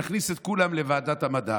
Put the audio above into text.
נכניס את כולם לוועדת המדע,